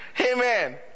amen